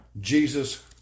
Jesus